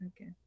okay